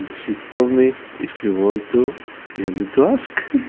she told me, if you want to, you need to ask.